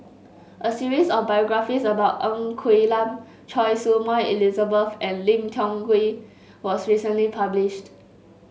a series of biographies about Ng Quee Lam Choy Su Moi Elizabeth and Lim Tiong Ghee was recently published